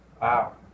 Wow